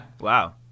Wow